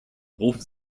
rufen